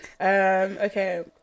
Okay